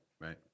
right